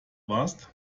warst